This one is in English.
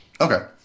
Okay